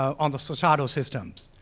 on the societal systems.